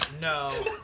No